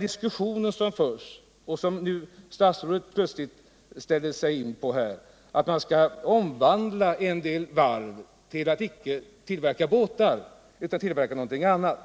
diskussion som förs och där nu statsrådet plötsligt ställde in sig på att man skall omvandla en del varv och inrikta dem på att icke tillverka båtar utan tillverka något annat.